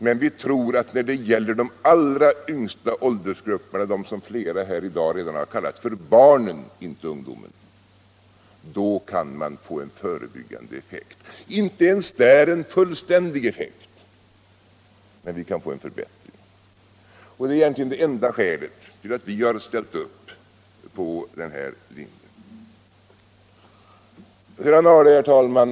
Men vi tror att när det gäller de allra yngsta åldersgrupperna, när det gäller dem som flera talare här i dag redan har kallat för barnen — inte ungdomen — kan man få en förebyggande effekt. Inte ens där kan vi få en fullständig effekt — men vi kan få en förbättring. Det är egentligen det enda skälet till att vi har ställt upp på den här linjen. Herr talman!